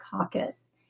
caucus